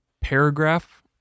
paragraph